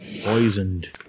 Poisoned